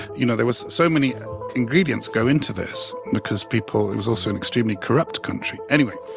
you know, there was so many ingredients go into this because people it was also an extremely corrupt country. anyway,